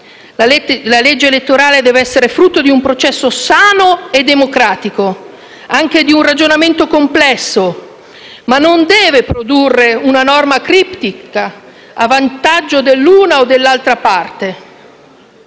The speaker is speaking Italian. La legge elettorale deve essere frutto di un processo sano e democratico, anche di un ragionamento complesso, ma non deve produrre una norma criptica, a vantaggio dell'una o dell'altra parte,